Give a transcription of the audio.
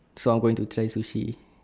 so I'm going to try sushi